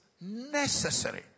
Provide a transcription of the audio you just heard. necessary